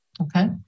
Okay